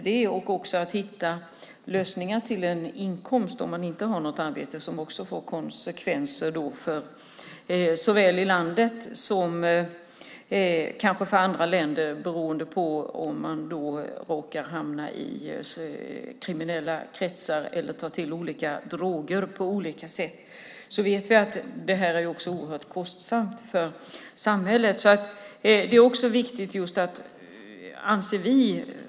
Det gäller också att hitta inkomstlösningar för den som inte har ett arbete. Också detta får konsekvenser såväl i vårt land som kanske i andra länder. Om man råkar hamna i kriminella kretsar eller om man på olika sätt tar till olika droger blir det, som vi vet, oerhört kostsamt för samhället.